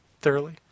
thoroughly